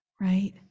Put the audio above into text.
right